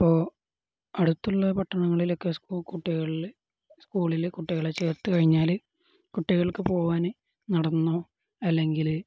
ഇപ്പോള് അടുത്തുള്ള പട്ടണങ്ങളിലൊക്കെ സ്കൂള് കുട്ടികളില് സ്കൂളില് കുട്ടികളെ ചേർത്തുകഴിഞ്ഞാല് കുട്ടികൾക്കു പോവാന് നടന്നോ അല്ലെങ്കില്